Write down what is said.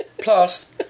Plus